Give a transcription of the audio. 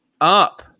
up